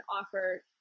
offer